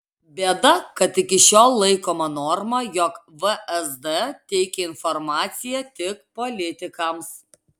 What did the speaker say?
bėda kad iki šiol laikoma norma jog vsd teikia informaciją tik politikams